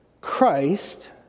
Christ